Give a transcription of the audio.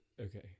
Okay